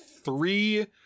three